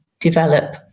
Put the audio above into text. develop